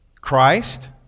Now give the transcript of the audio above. Christ